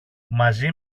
μαζί